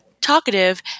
talkative